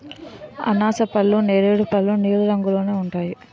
అనాసపళ్ళు నేరేడు పళ్ళు నీలం రంగులోనే ఉంటాయి